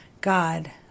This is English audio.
God